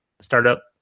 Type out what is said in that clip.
startup